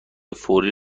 فوری